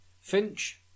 Finch